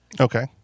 okay